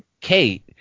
kate